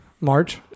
March